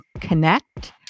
connect